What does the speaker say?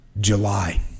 July